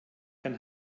kann